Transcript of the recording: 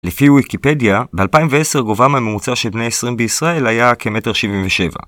לפי ויקיפדיה, ב-2010 גובהם הממוצע של בני 20 בישראל היה כ-1.77